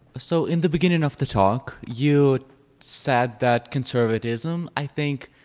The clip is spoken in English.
so in the beginning of the talk, you said that conservatism, i think,